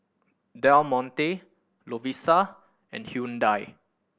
Del Monte Lovisa and Hyundai